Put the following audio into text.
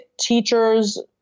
teachers